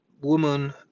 woman